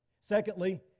Secondly